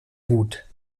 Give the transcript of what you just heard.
gut